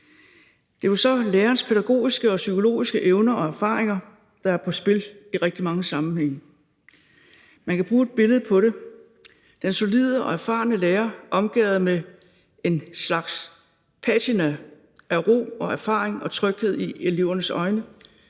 Det er jo så lærerens pædagogiske og psykologiske evner og erfaringer, der er på spil i rigtig mange sammenhænge. Man kan bruge et billede på det – den solide og erfarne lærer omgærdet af en slags patina af ro og erfaring og tryghed i elevernes øjne